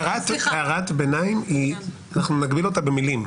טלי, הערת ביניים, נגביל אותה במילים.